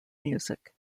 music